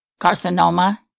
carcinoma